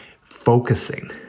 focusing